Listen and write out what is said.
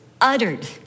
uttered